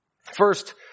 First